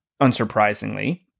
unsurprisingly